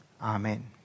Amen